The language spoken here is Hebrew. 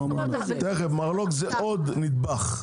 --- תכף, מרלו"ג זה עוד נדבך.